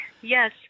Yes